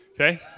Okay